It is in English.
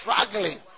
struggling